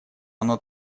оно